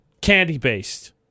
candy-based